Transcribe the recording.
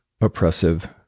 oppressive